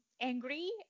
angry